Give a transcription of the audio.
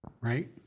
Right